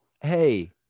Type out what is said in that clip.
hey